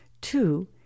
Two